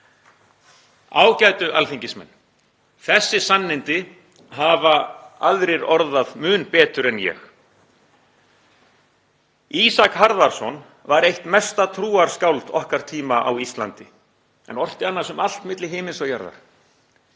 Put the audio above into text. Ágætu alþingismenn: Þessi sannindi hafa aðrir orðað mun betur en ég. Ísak Harðarson var eitt mesta trúarskáld okkar tíma á Íslandi en orti annars um allt milli himins og jarðar.